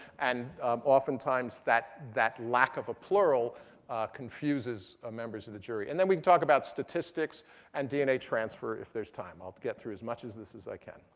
and oftentimes, that that lack of a plural confuses ah members of the jury. and then we can talk about statistics and dna transfer, if there's time. i'll get through as much of this as i can.